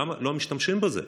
למה לא משתמשים בזה?